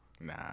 Nah